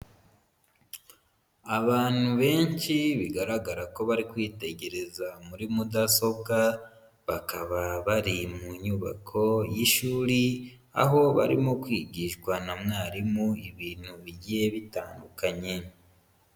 Abantu benshi bigaragara ko bari kwitegereza muri mudasobwa, bakaba bari mu nyubako y'ishuri, aho barimo kwigishwa na mwarimu ibintu bigiye bitandukanye.